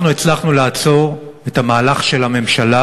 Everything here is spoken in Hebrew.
אנחנו הצלחנו לעצור את המהלך של הממשלה